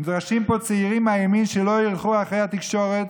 נדרשים פה צעירים מהימין שלא ילכו אחרי התקשורת